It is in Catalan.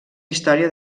història